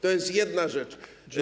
To jest jedna rzecz.